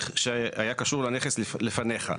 שהיה קשור לנכס לפניך,